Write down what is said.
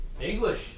English